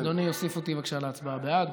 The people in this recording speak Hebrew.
אדוני יוסיף אותי בבקשה להצבעה, בעד.